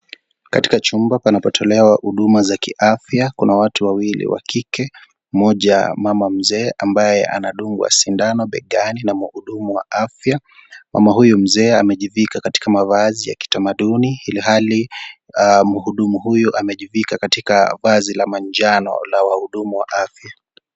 Katika chumba panapotolewa huduma za kiafya. Kuna watu wawili wa kike. Mmoja mama mzee ambaye anadungwa sindano begani na mhudumu wa afya. Mama huyu mzee amejivika katika mavazi ya kitamaduni ilhali mhudumu huyu amejivika katika vazi la manjano la wahudumu wa afya.